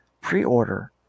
pre-order